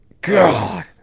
God